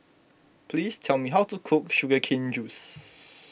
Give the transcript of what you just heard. please tell me how to cook Sugar Cane Juice